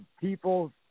people